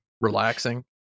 Relaxing